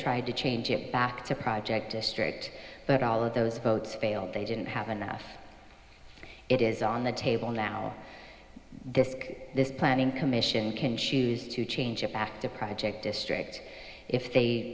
tried to change it back to project district but all of those votes failed they didn't have enough it is on the table now this can this planning commission can choose to change it back to project district if they